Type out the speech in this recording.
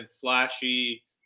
flashy